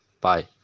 Bye